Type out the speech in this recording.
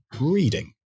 reading